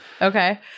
okay